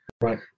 right